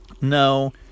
No